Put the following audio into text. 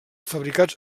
fabricats